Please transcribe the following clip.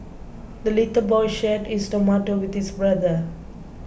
the little boy shared his tomato with his brother